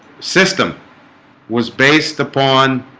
system was based upon